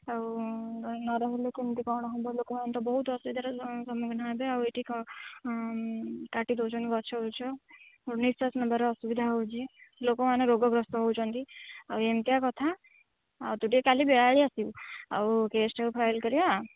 ଆଉ ନ ରହିଲେ କେମିତି କ'ଣ ହେବ ଲୋକମାନେ ତ ବହୁତ ଅସୁବିଧାର ସମ୍ମୁଖୀନ ହେବେ ଆଉ ଏଇଠି କାଟି ଦେଉଛନ୍ତି ଗଛ ବୃଛ ନିଶ୍ୱାସ ନେବାର ଅସୁବିଧା ହେଉଛି ଲୋକମାନେ ରୋଗଗ୍ରସ୍ତ ହେଉଛନ୍ତି ଆଉ ଏମିତିଆ କଥା ଆଉ ତୁ ଟିକେ କାଲି ବେଳା ବେଳି ଆସିବୁ ଆଉ କେସ୍କୁ ଫାଇଲ୍ କରିବା